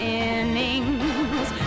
innings